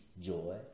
joy